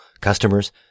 customers